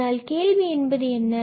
ஆனால் கேள்வி என்பது என்ன